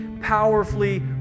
powerfully